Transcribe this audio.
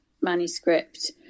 manuscript